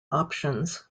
options